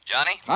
Johnny